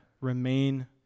remain